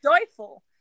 joyful